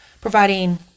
providing